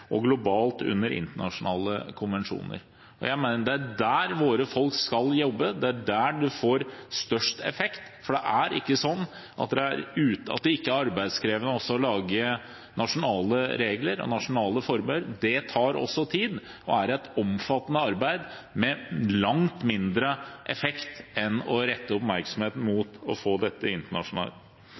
og globalt, under internasjonale konvensjoner. Det er der våre folk skal jobbe, det er der en får størst effekt. Det er ikke slik at det ikke er arbeidskrevende å lage nasjonale regler og nasjonale forbud; det tar også tid og er et omfattende arbeid med langt mindre effekt enn å rette oppmerksomheten mot å få dette til internasjonalt.